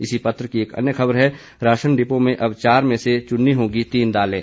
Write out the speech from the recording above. इसी पत्र की एक अन्य खबर है राशन डिपो में अब चार में से चुननी होंगी तीन दालें